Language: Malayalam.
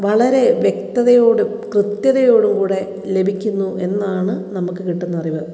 വളരെ വ്യക്തതയോടും കൃത്യതയോടും കൂടി ലഭിക്കുന്നു എന്നാണ് നമുക്ക് കിട്ടുന്ന അറിവ്